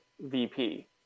VP